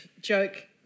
joke